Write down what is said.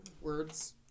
Words